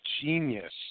Genius